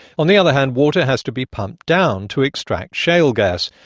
on the other hand, water has to be pumped down to extract shale gas,